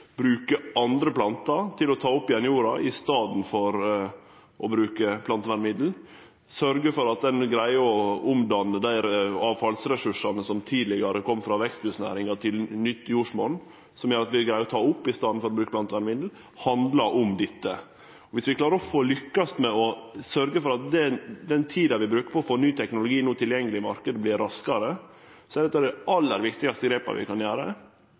bruke andre planter til å ta opp igjen jorda i staden for å bruke plantevernmiddel, sørgje for at ein greier å gjere om dei avfallsressursane som tidlegare kom frå veksthusnæringa, til nytt jordsmonn, som gjer at vi greier å ta opp igjen jorda i staden for å bruke plantevernmiddel, handlar det om dette. Dersom vi lykkast med å sørgje for at den tida vi brukar på å få ny teknologi tilgjengeleg i marknaden, vert kortare, er det eit av dei aller viktigaste grepa vi kan gjere.